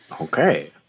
Okay